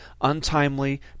untimely